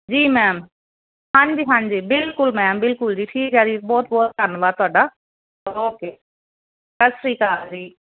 ਜੀ ਮੈਮ ਹਾਂਜੀ ਹਾਂਜੀ ਬਿਲਕੁਲ ਮੈਮ ਬਿਲਕੁਲ ਜੀ ਠੀਕ ਹ ਜੀ ਬਹੁਤ ਬਹੁਤ ਧੰਨਵਾਦ ਤੁਹਾਡਾ ਓਕੇ ਸਤਿ ਸ੍ਰੀ ਅਕਾਲ ਜੀ